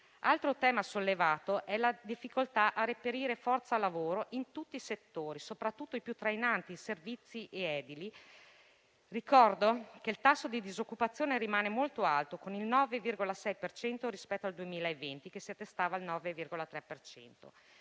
Altro tema sollevato è la difficoltà a reperire forza lavoro in tutti i settori, soprattutto i più trainanti (settore dei servizi e settore edile). Ricordo che il tasso di disoccupazione rimane molto alto, con il 9,6 per cento rispetto al 2020, che si attestava al 9,3